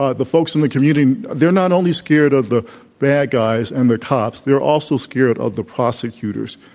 ah the folks in the community, they're not only scared of the bad guys and the cops, they're also scared of the prosecutors.